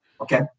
okay